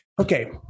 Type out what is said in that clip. Okay